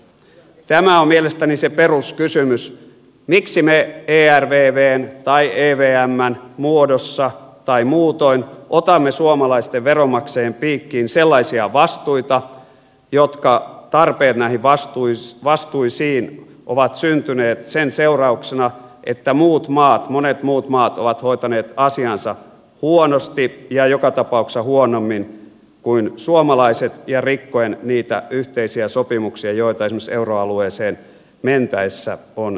tämä on mielestäni se peruskysymys miksi me ervvn tai evmn muodossa tai muutoin otamme suomalaisten veronmaksajien piikkiin sellaisia vastuita joihin tarpeet ovat syntyneet sen seurauksena että monet muut maat ovat hoitaneet asiansa huonosti ja joka tapauksessa huonommin kuin suomalaiset ja rikkoen niitä yhteisiä sopimuksia joita esimerkiksi euroalueeseen mentäessä on solmittu